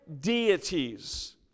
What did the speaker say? deities